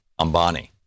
Ambani